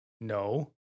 No